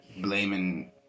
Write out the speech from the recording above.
blaming